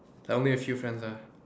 like only a few friends ah